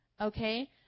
Okay